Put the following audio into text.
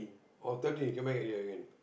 orh thirty you came back here again